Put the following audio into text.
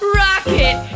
rocket